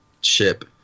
ship